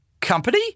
Company